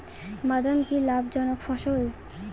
বাদাম কি লাভ জনক ফসল?